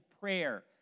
prayer